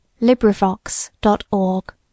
LibriVox.org